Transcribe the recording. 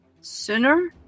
sooner